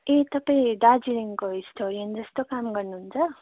ए तपाईँ दार्जिलिङको हिस्टोरियनजस्तो काम गर्नुहुन्छ